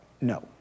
no